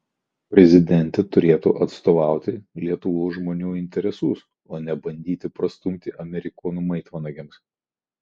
prezidentė turėtų atstovauti lietuvos žmonių interesus o ne bandyti prastumti amerikonų maitvanagiams